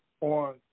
on